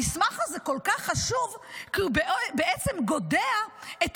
המסמך הזה כל כך חשוב כי הוא בעצם גודע את